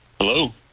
Hello